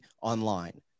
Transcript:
online